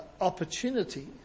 opportunity